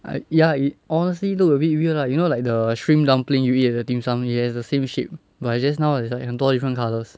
I ya it honestly look a bit weird lah you know like the shrimp dumpling you eat at the dim sum it has the same shape but it's just now just like 很多 different colours